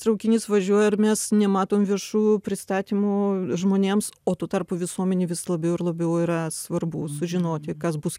traukinys važiuoja ir mes nematom viešų pristatymų žmonėms o tuo tarpu visuomenei vis labiau ir labiau yra svarbu sužinoti kas bus